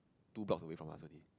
two blocks away from us only